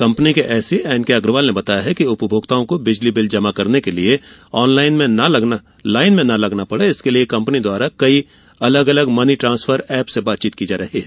company के SE N K Agarwal ने बताया है कि उपभोक्ताओं को बिजली बिल जमा करने के लिये लाईन में न लगना पड़े इसके लिये कंपनी द्वारा कई अलग अलग मनी ट्रांसफर एप से बातचीत की जा रही है